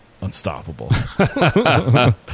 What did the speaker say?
unstoppable